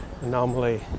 anomaly